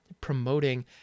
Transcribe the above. promoting